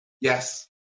Yes